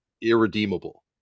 irredeemable